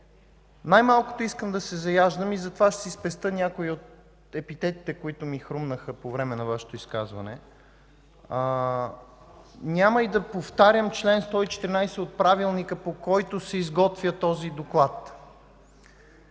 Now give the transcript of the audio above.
най-малкото искам да се заяждам и затова ще си спестя някои от епитетите, които ми хрумнаха по време на Вашето изказване. Няма и да повтарям чл. 114 от Правилника, по който се изготвя този доклад.